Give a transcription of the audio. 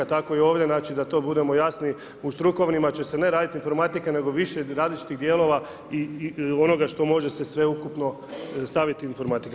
Tako i ovdje, znači da to budemo jasni, u strukovnima će se ne raditi informatika nego više različitih dijelova i onoga što može se sveukupno staviti informatika.